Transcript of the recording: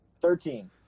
Thirteen